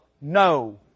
no